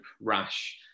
rash